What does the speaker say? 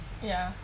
ya